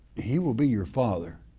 he will be your father